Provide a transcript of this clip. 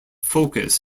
focus